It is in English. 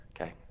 Okay